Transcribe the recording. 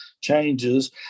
changes